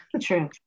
True